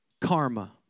Karma